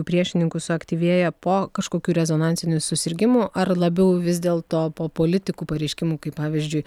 priešininkų suaktyvėja po kažkokių rezonansinių susirgimų ar labiau vis dėlto po politikų pareiškimų kaip pavyzdžiui